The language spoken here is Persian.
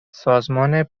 سازمان